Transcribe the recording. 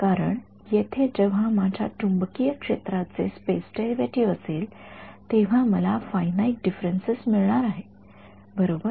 कारण येथे जेव्हा माझ्याकडे चुंबकीय क्षेत्राचे स्पेस डेरिव्हेटिव्हअसेल तेव्हा मला फायनाईट डिफरन्सेस मिळणार आहे बरोबर